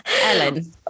Ellen